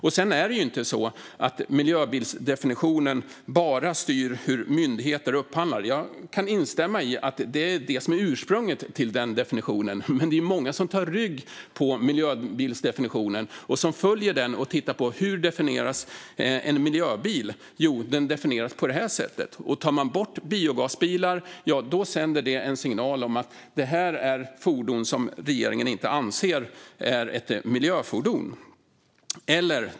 Det är inte så att miljöbilsdefinitionen bara styr hur myndigheter upphandlar. Jag kan instämma i att det är ursprunget till definitionen, men det är många som tar rygg på miljöbilsdefinitionen, följer den och tittar på hur en miljöbil definieras. Jo, den definieras på det här sättet. Tar man bort biogasbilar sänder det en signal om att de är fordon som regeringen inte anser är miljöfordon.